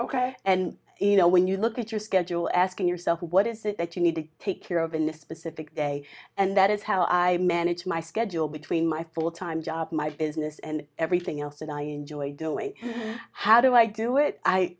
ok and you know when you look at your schedule asking yourself what is it that you need to take care of in a specific day and that is how i manage my schedule between my full time job my business and everything else and i enjoy doing how do i do it i